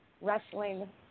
Wrestling